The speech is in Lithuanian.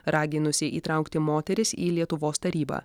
raginusi įtraukti moteris į lietuvos tarybą